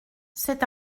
c’est